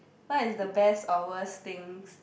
what is the best or worst things